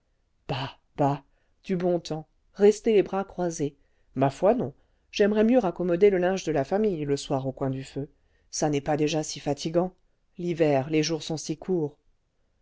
du bon temps rester les bras croisés ma foi non j'aimerais mieux raccommoder le linge de la famille le soir au coin du feu ça n'est pas déjà si fatigant l'hiver les jours sont si courts